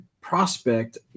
prospect